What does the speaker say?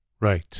Right